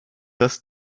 das